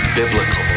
biblical